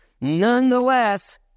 Nonetheless